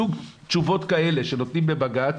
סוג תשובות כאלה שנותנים בבג"צ,